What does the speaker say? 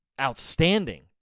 outstanding